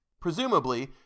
Presumably